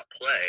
play